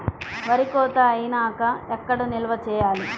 వరి కోత అయినాక ఎక్కడ నిల్వ చేయాలి?